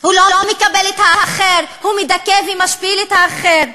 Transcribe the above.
הוא לא מקבל את האחר, הוא מדכא ומשפיל את האחר.